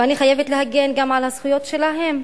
ואני חייבת להגן גם על הזכויות שלהם,